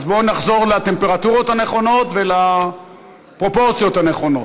אז בואו ונחזור לטמפרטורות הנכונות ולפרופורציות הנכונות.